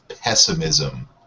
pessimism